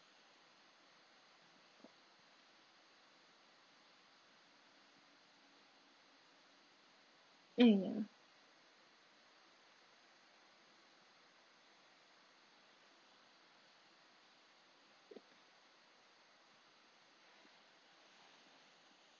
mm